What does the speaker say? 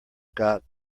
got